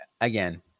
again